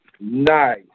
Nice